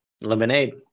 lemonade